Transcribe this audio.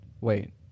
Wait